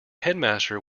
headmaster